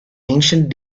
ancient